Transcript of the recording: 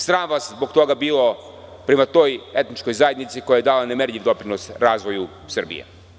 Sram vas zbog toga bilo, prema toj etničkoj zajednici, koja je dala nemerljiv doprinos razvoju Srbije.